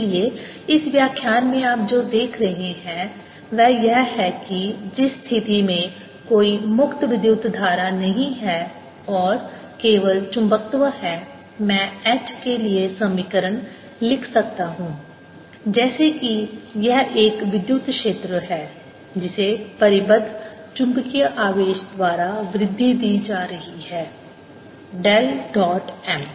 इसलिए इस व्याख्यान में आप जो देख रहे हैं वह यह है कि जिस स्थिति में कोई मुक्त विद्युत धारा नहीं है और केवल चुंबकत्व है मैं H के लिए समीकरण लिख सकता हूं जैसे कि यह एक विद्युत क्षेत्र है जिसे परिबद्ध चुंबकीय आवेश द्वारा वृद्धि दी जा रही है डेल डॉट M